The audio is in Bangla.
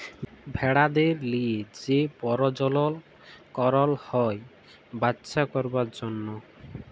ভেড়াদের লিয়ে যে পরজলল করল হ্যয় বাচ্চা করবার জনহ